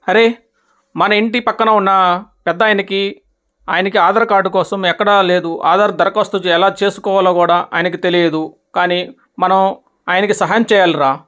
హరి మన ఇంటి ప్రక్కన ఉన్నాపెద్దాయనకి ఆయనకి ఆధార్ కార్డు కోసం ఎక్కడా లేదు ఆధార్ దరఖాస్తు చేయాలా చేసుకోవాలో కూడా ఆయనకి తెలియదు కానీ మనం ఆయనకి సహాయం చేయాలిరా